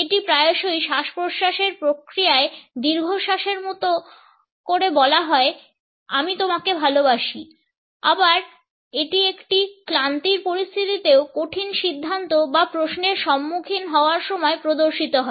এটি প্রায়শই শ্বাস প্রশ্বাসের প্রক্রিয়ায় দীর্ঘশ্বাসের মতো করে বলা হয় আমি তোমাকে ভালোবাসি আবার এটি একটি ক্লান্তির পরিস্থিতিতেও কঠিন সিদ্ধান্ত বা প্রশ্নের সম্মুখীন হওয়ার সময় প্রদর্শিত হয়